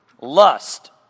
lust